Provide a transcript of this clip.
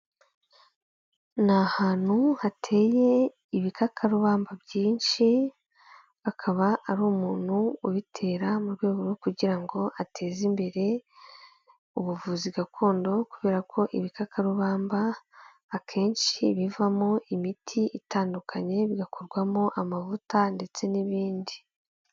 Ni ahantu hateye ibikakarubamba byinshi, akaba ari umuntu ubitera mu rwego rwo kugira ngo ateze imbere ubuvuzi gakondo kubera ko ibikakarubamba akenshi bivamo imiti itandukanye, bigakorwamo amavuta ndetse n'ibindi.